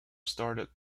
started